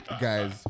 guys